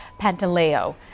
Pantaleo